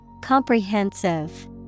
Comprehensive